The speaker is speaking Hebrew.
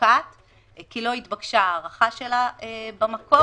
פוקעת כי לא התבקשה הארכה שלה במקור,